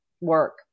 Work